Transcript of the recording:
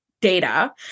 data